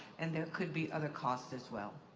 and there could be other costs, as well.